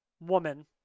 woman